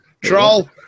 Troll